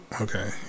Okay